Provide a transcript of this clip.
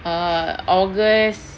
err august